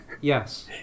Yes